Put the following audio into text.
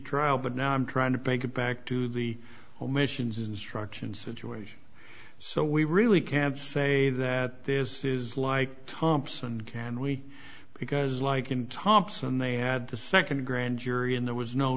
trial but now i'm trying to take it back to the omissions instruction situation so we really can't say that this is like thompson can we because like him thompson they had the second grand jury and there was no